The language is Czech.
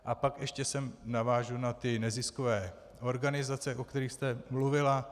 A pak ještě navážu na neziskové organizace, o kterých jste mluvila.